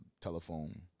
telephone